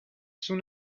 soon